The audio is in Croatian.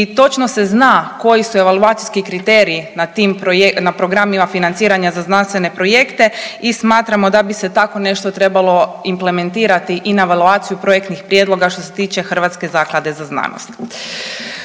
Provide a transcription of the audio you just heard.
i točno se zna koji su evaluacijski kriteriji na tim programima financiranja za znanstvene projekte i smatramo da bi se takvo nešto trebalo implementirati i na evaluaciju projektnih prijedloga što se tiče HRZZ. Pričali smo danas